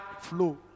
flow